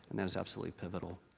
that was absolutely pivotal.